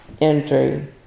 entry